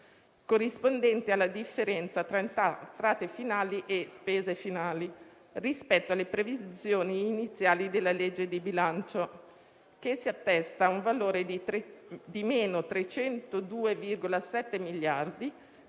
corrispondente alla differenza tra entrate finali e spese finali rispetto alle previsioni iniziali della legge di bilancio, che si attesta a un valore di meno 302,7 miliardi